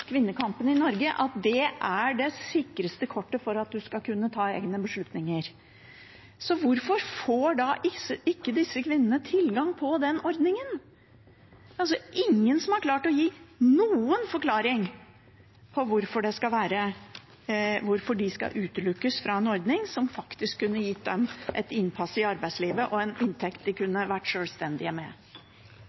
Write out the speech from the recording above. kvinnekampen i Norge, vet at det er det sikreste kortet for å kunne ta egne beslutninger. Så hvorfor får da ikke disse kvinnene tilgang på den ordningen? Det er altså ingen som har klart å gi noen forklaring på hvorfor de skal utelukkes fra en ordning som faktisk kunne gitt dem innpass i arbeidslivet og en inntekt de kunne blitt sjølstendige med.